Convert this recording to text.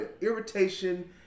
irritation